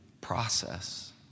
process